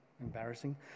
embarrassing